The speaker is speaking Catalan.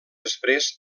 després